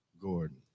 Gordon